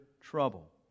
trouble